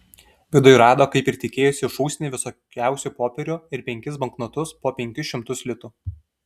viduj rado kaip ir tikėjosi šūsnį visokiausių popierių ir penkis banknotus po penkis šimtus litų